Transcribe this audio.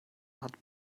hat